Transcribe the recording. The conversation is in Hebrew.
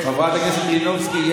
חברת הכנסת מלינובסקי,